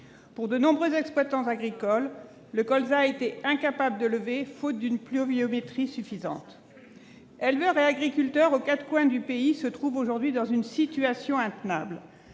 Pour de nombreux exploitants agricoles, le colza a été incapable de lever faute d'une pluviométrie suffisante. Éleveurs et agriculteurs, aux quatre coins du pays, se trouvent aujourd'hui dans une situation intenable.